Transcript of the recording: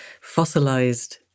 fossilized